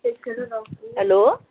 hello